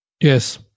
Yes